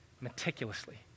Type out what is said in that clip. meticulously